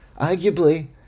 Arguably